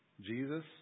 Jesus